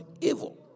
evil